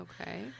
Okay